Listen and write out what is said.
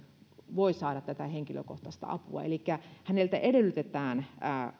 voi saada henkilökohtaista apua elikkä häneltä edellytetään